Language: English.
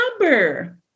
number